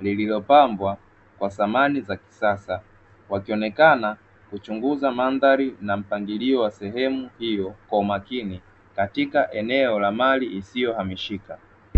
lililopambwa kwa samani za kisasa, wakionekana kuchunguza mandhari na mpangilio wa sehemu hiyo kwa umakini katika eneo la mali isiyohamishika.